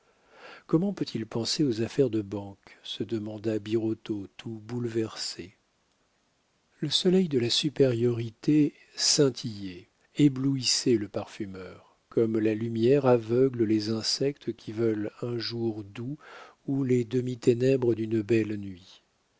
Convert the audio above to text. comment peut-il penser aux affaires de banque se demanda birotteau tout bouleversé le soleil de la supériorité scintillait éblouissait le parfumeur comme la lumière aveugle les insectes qui veulent un jour doux ou les demi-ténèbres d'une belle nuit